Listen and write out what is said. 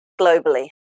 globally